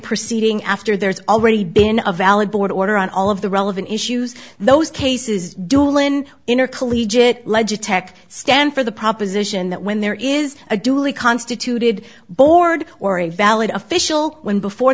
proceeding after there's already been a valid board order on all of the relevant issues those cases doolan intercollegiate legit tech stand for the proposition that when there is a duly constituted board or a valid official when before